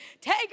Take